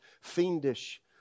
fiendish